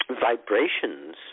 vibrations